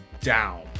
down